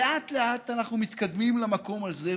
לאט-לאט אנחנו מתקדמים למקום הזה,